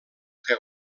que